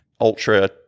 ultra